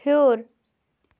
ہیوٚر